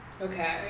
Okay